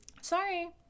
sorry